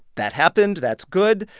that happened. that's good.